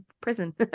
prison